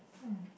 mm